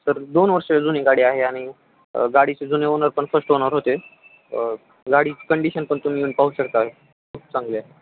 sir दोन वर्षं जुनी गाडी आहे आणि गाडीची जुने ओनर पण फर्स्ट ओनर होते गाडीची कंडिशन पण तुम्ही येऊन पाहू शकता खूप चांगले आहे